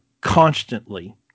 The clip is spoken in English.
constantly